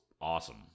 awesome